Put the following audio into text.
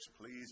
Please